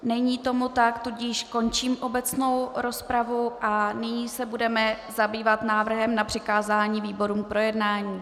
Není tomu tak, tudíž končím obecnou rozpravu a nyní se budeme zabývat návrhem na přikázání výborům k projednání.